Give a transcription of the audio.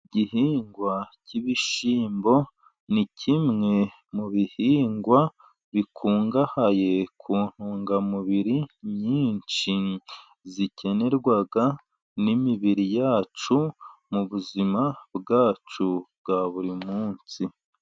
Igihingwa cy'ibishyimbo ni kimwe mu bihingwa, bikungahaye ku ntungamubiri nyinshi, zikenerwa n'imibiri yacu mu buzima bwacu bwa buri munsi.